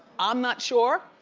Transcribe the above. i'm not sure.